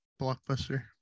Blockbuster